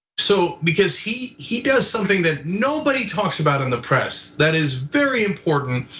so because he he does something that nobody talks about in the press that is very important.